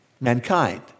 mankind